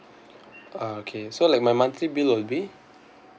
ah okay so like my monthly bill will be